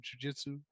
jujitsu